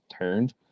turned